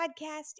podcast